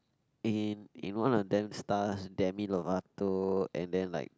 in in one of them stars Demi-Lovato and then like